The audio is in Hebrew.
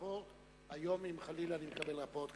היום, אם חלילה אני מקבל רפורט,